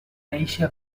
néixer